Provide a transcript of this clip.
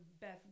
best